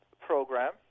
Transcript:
program